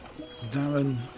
Darren